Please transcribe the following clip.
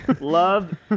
Love